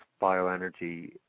bioenergy